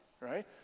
right